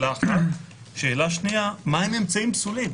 שאלה נוספת, מהם אמצעים פסולים?